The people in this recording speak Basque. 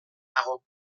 dago